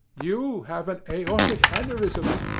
you have an aortic aneurism!